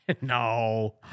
No